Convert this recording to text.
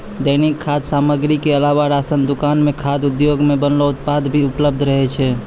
दैनिक खाद्य सामग्री क अलावा राशन दुकान म खाद्य उद्योग सें बनलो उत्पाद भी उपलब्ध रहै छै